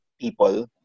people